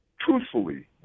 truthfully